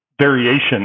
variation